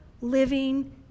living